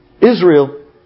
Israel